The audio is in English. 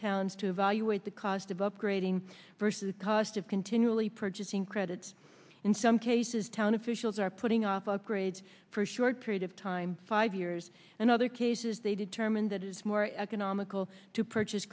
towns to evaluate the cost of upgrade versus the cost of continually purchasing credits in some cases town officials are putting off upgrades for a short period of time five years and other cases they determine that it's more economical to purchase